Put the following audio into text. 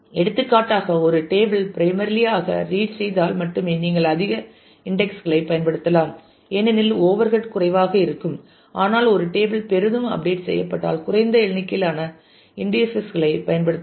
எடுத்துக்காட்டாக ஒரு table primarily ஆக ரீட் செய்தால் மட்டுமே நீங்கள் அதிக இன்டெக்ஸ் களைப் பயன்படுத்தலாம் ஏனெனில் ஓவர்ஹெட் குறைவாக இருக்கும் ஆனால் ஒரு டேபிள் பெரிதும் அப்டேட் செய்யப்பட்டால் குறைந்த எண்ணிக்கையிலான இன்டீஸஸ் களைப் பயன்படுத்தலாம்